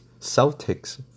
Celtics